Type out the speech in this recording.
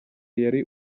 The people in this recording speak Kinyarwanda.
yari